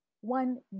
one